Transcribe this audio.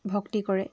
ভক্তি কৰে